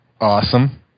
awesome